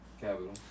Capital